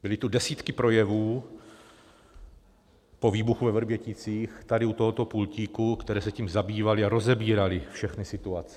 Byly tu desítky projevů po výbuchu ve Vrběticích tady u tohoto pultíku, které se tím zabývaly a rozebíraly všechny situace.